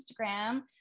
Instagram